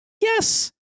Yes